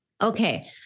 Okay